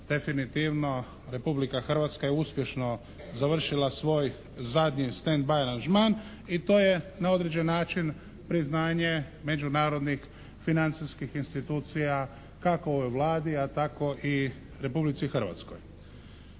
definitivno Republika Hrvatska je uspješno završila svoj zadnji «stand by» aranžman i to je na određeni način priznanje međunarodnih financijskih institucija kako ovoj Vladi a tako i Republici Hrvatskoj.